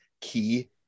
key